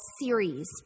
series